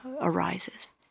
arises